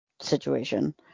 Situation